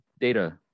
data